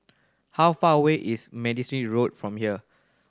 how far away is Road from here